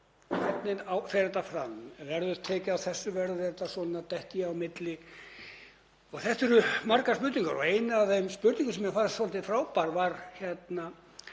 Hvernig fer þetta fram? Verður tekið á þessu? Verður þetta svona? Dett ég á milli? Þetta eru margar spurningar og ein af þeim spurningum sem mér fannst svolítið frábær var: